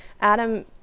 Adam